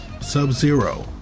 Sub-Zero